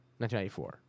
1994